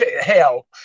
hell